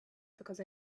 because